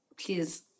please